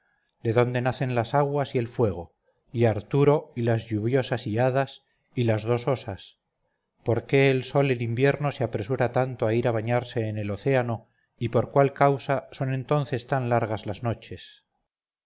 de dónde nacen el agua y el fuego y arturo y las lluviosas hiadas y las dos osas por qué el sol en invierno se apresura tanto a ir a bañarse en el océano y por cuál causa son entonces tan largas las noches